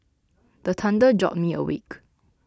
the thunder jolt me awake